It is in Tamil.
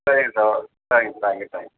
சரிங்க சார் தேங்க்யூ தேங்க்யூ தேங்க்யூ